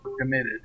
committed